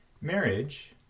Marriage